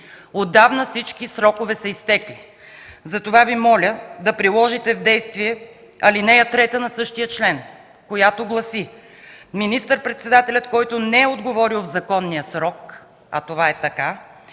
Отдавна всички срокове са изтекли. Затова Ви моля да приложите в действие ал. 3 на същия член, която гласи: „Министър-председателят, който не отговорил в законния срок – а това е така